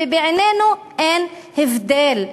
ובעינינו אין הבדל.